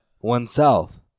Oneself